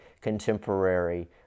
contemporary